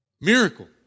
Miracle